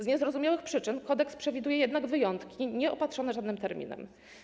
Z niezrozumiałych przyczyn kodeks przewiduje jednak wyjątki nieopatrzone żadnym terminem.